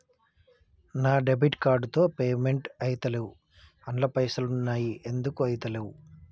నా debit card తో payment ఐతలేవ్ అండ్ల పైసల్ ఉన్నయి ఎందుకు ఐతలేవ్?